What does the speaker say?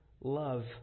love